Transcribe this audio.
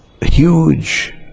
huge